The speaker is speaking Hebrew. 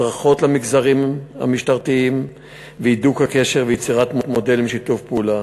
הדרכות למגזרים המשטרתיים והידוק הקשר ויצירת מודלים לשיתוף פעולה.